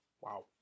Wow